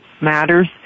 matters